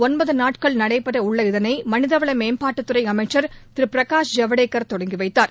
ஒன்பது நாட்கள் நடைபெறவுள்ள இதனை மனிதவள மேம்பாட்டுத்துறை அமைச்சர் திரு பிரகாஷ் ஜவடேகர் தொடங்கிவைத்தார்